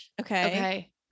okay